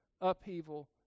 upheaval